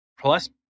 plus